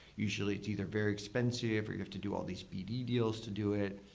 usually, it's either very expensive, or you have to do all these bd deals to do it,